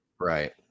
Right